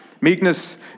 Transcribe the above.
Meekness